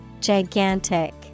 Gigantic